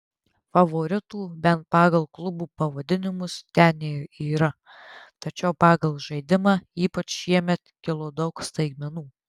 favoritų bent pagal klubų pavadinimus ten yra tačiau pagal žaidimą ypač šiemet kilo daug staigmenų